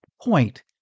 point